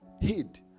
hid